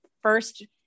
first